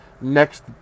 next